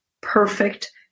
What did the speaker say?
perfect